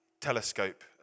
telescope